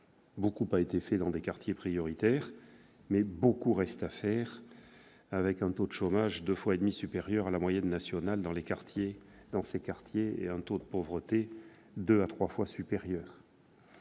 Beaucoup a été fait pour les quartiers prioritaires, mais beaucoup reste à faire : le taux de chômage y est deux fois et demie supérieur à la moyenne nationale, le taux de pauvreté, deux à trois fois supérieur.